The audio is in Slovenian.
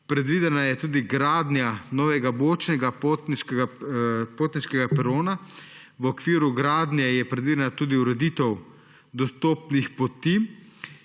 Predvidena je tudi gradnja novega bočnega potniškega perona, v okviru gradnje je predvidena tudi ureditev dostopnih poti